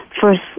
first